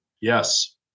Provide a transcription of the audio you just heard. Yes